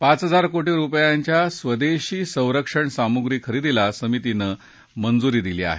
पाच हजार कोटी रुपयांच्या स्वदेशी संरक्षण सामुप्री खरेदीला समितीनं मंजुरी दिली आहे